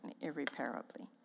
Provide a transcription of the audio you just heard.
irreparably